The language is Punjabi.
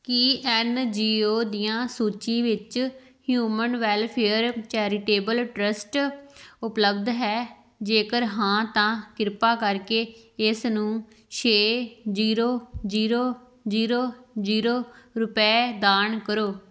ਕੀ ਐੱਨ ਜੀ ਓ ਦੀਆਂ ਸੂਚੀ ਵਿੱਚ ਹਿਊਮਨ ਵੈਲਫ਼ੇਅਰ ਚੈਰੀਟੇਬਲ ਟਰੱਸਟ ਉਪਲੱਬਧ ਹੈ ਜੇਕਰ ਹਾਂ ਤਾਂ ਕਿਰਪਾ ਕਰਕੇ ਇਸ ਨੂੰ ਛੇ ਜ਼ੀਰੋ ਜ਼ੀਰੋ ਜ਼ੀਰੋ ਜ਼ੀਰੋ ਰੁਪਏ ਦਾਨ ਕਰੋ